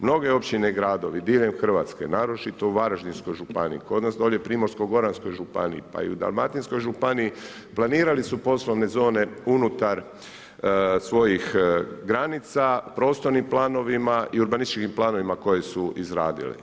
Mnoge opčine i gradovi, diljem Hrvatskoj, naročito u Varaždinskoj županiji, kod nas dole Primorko goranskoj županiji pa i u dalmatinskoj županiji, planirali su poslovne zone unutar svojih granica, prostornim planovima i urbanističkim planovima koje su izradili.